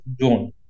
zone